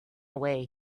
away